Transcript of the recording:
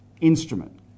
instrument